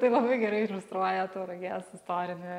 tai labai gerai iliustruoja tauragės istorinį